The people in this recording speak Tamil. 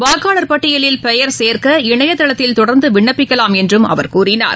வாக்காளர் பட்டியலில் பெயர் சேர்க்க இணையதளத்தில் தொடர்ந்துவிண்ணப்பிக்கலாம் என்றும் அவர் கூறினார்